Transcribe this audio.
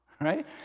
right